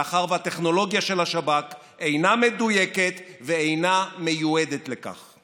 מאחר שהטכנולוגיה של השב"כ אינה מדויקת ואינה מיועדת לכך.